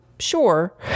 Sure